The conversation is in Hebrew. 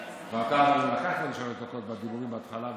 ואתה לוקח לנו שלוש דקות בדיבורים בהתחלה ובאמצע.